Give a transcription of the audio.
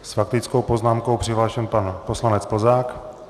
S faktickou poznámkou je přihlášen pan poslanec Plzák.